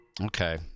Okay